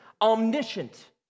omniscient